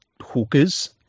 hookers